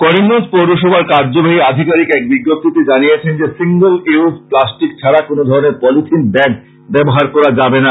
করিমগঞ্জ পৌরসভার কার্যবাহী আধিকারিক এক বিজ্ঞপ্তিতে জানিয়েছেন যে সিঙ্গল ইউজ প্লাস্টিক ছাড়া কোনো ধরনের পলিথিন ব্যাগ ব্যাহার করা যাবে না